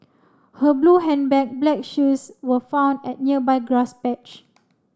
her blue handbag black shoes were found at nearby grass patch